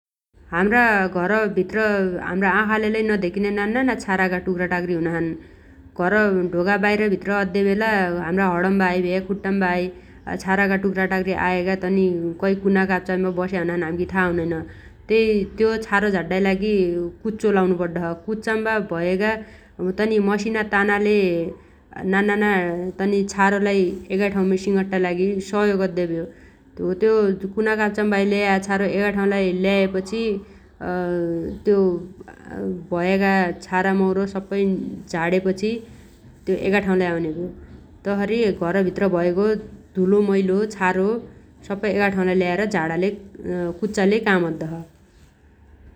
हाम्रा घरभित्र हाम्रा आँखाले लै नधेक्किन्या नान्नाना छारागा टुक्राटाक्री हुनाछन् । घर ढोकाबाइर भित्र अद्दे बेला हाम्रा हणम्बाहै भ्या खुट्टाम्बाहै भ्या छारागा टुक्राटाक्री आयागा तनी कै कुना काप्चाम्बा बस्या हुनाछन् हाम्खी था हुनैन । तै त्यो छारो झाड्डाइ लागि कुच्चो लाउनु पड्डोछ । कुच्चाम्बा भयागा तनी मसिना तानाले नान्नाना तनि छारोलाइ एगाइ ठाउमी सिङट्टाइ लागि सहयोग अद्दे भ्यो । हो त्यो कुना काप्चाम्बाहै ल्याया छारो एगाठाउलाइ ल्याया पछि त्यो भयागा छारो मौरो सप्पै झाडेपछि त्यो एगाइ ठाउलाइ आउन्या भ्यो । तसरी घरभित्र भएगो धुलो मैलो छारो सप्पै एगाठाउलाइ ल्याएर झाणा _कुच्चाले काम अद्दोछ ।